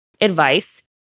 advice